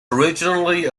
originally